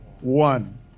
one